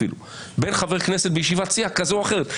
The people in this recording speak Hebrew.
בין חבר כנסת בישיבת סיעה כזאת או אחרת.